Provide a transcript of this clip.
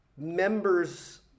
Members